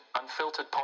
Unfiltered